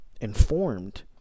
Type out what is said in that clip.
informed